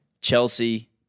Chelsea